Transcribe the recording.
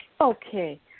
Okay